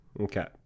Okay